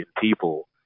people